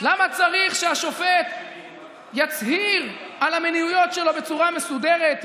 למה צריך שהשופט יצהיר על המניעויות שלו בצורה מסודרת,